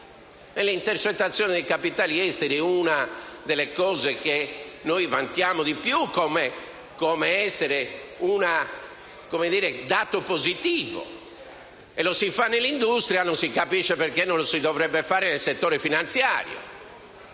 Le intercettazioni dei capitali esteri sono una delle cose che vantiamo di più come dato positivo. Lo si fa nell'industria; non si capisce perché non lo si debba fare nel settore finanziario.